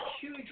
huge